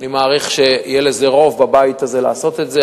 אני מעריך שיהיה רוב בבית הזה לעשות את זה.